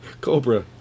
cobra